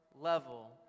level